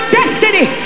destiny